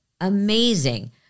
amazing